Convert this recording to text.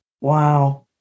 wow